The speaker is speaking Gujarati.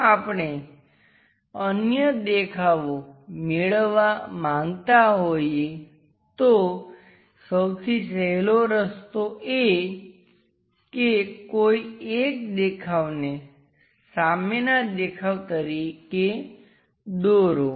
જો આપણે અન્ય દેખાવો મેળવવા માંગતા હોઈએ તો સૌથી સહેલો રસ્તો એ કે કોઈ એક દેખાવને સામેના દેખાવ તરીકે દોરો